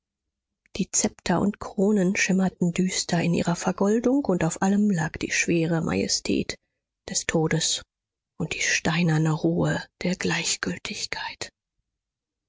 die zepter und kronen schimmerten düster in ihrer vergoldung und auf allem lag die schwere majestät des todes und die steinerne ruhe der gleichgültigkeit